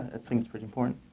it seems pretty important.